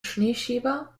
schneeschieber